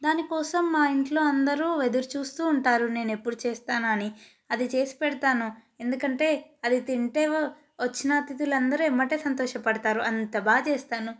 దాని కోసం మా ఇంట్లో అందరు ఎదురు చూస్తు ఉంటారు నేను ఎప్పుడు చేస్తానా అని అది చేసి పెడతాను ఎందుకంటే అది తింటే వచ్చిన అతిథులు అందరు ఎంబటే సంతోషపడతారు అంత బాగా చేస్తాను